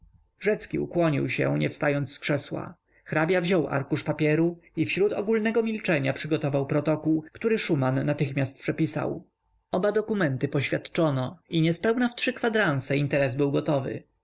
rzecki ukłonił się nie wstając z krzesła hrabia wziął arkusz papieru i wśród ogólnego milczenia przygotował protokół który szuman natychmiast przepisał oba dokumenty poświadczono i niespełna w trzy kwadranse interes był gotowy